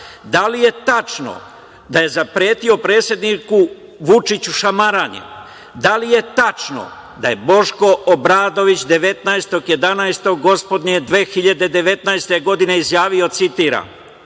Da li je tačno da je zapretio predsedniku Vučiću šamaranjem? Da li je tačno da je Boško Obradović 19.11. gospodnje 2019. godine izjavio, citiram